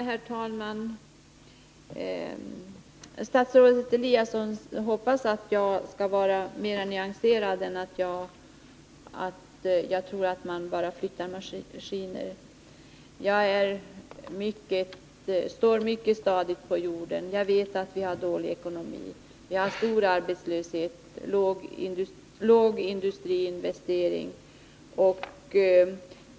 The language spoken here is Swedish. Herr talman! Statsrådet Eliasson hoppades att jag skulle vara mer nyanserad i mina uttalanden och inte skulle tro att det bara gällde att bara flytta maskiner. Jag står mycket stadigt på jorden, och jag vet att vår ekonomi är dålig, att arbetslösheten är hög och att industriinvesteringarna är låga.